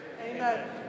Amen